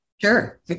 Sure